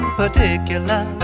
particular